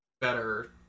better